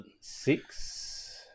Six